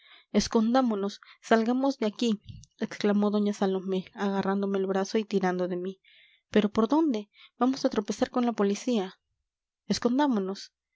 escondámonos salgamos de aquí exclamó doña salomé agarrándome el brazo y tirando de mí pero por dónde vamos a tropezar con la policía escondámonos